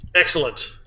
Excellent